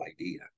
idea